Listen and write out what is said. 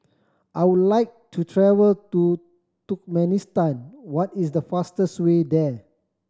I would like to travel to Turkmenistan what is the fastest way there